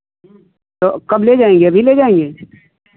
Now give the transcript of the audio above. तो कब ले जाएंगे अभी ले जाएंगे